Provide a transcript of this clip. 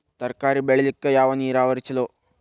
ತರಕಾರಿ ಬೆಳಿಲಿಕ್ಕ ಯಾವ ನೇರಾವರಿ ಛಲೋ?